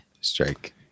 Strike